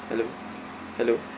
hello hello